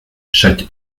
chaque